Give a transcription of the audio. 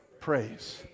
praise